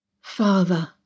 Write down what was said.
Father